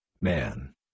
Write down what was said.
man